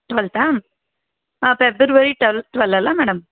ಟ್ವೆಲ್ತಾ ಹಾಂ February twelve twelve ಅಲಾ madam